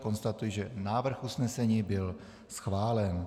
Konstatuji, že návrh usnesení byl schválen.